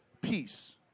peace